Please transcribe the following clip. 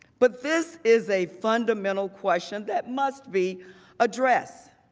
but this is a fundamental question that must be addressed.